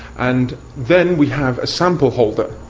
and then we have a sample holder.